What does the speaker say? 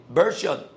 version